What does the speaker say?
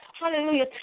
hallelujah